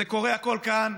זה קורה הכול כאן,